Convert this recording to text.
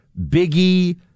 Biggie